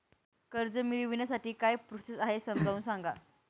कर्ज मिळविण्यासाठी काय प्रोसेस आहे समजावून सांगा